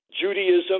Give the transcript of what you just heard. Judaism